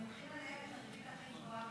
הם לוקחים עליהם את הריבית הכי גבוהה.